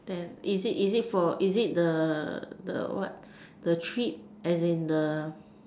then is it is it for is it the the what the trip as in the